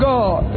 God